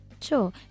Sure